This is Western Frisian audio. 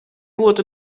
goed